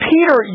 Peter